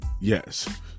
Yes